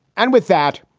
and with that,